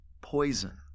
poison